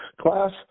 class